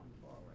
forward